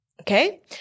Okay